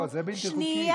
לא, זה בלתי חוקי,